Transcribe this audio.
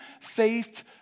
faith